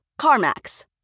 CarMax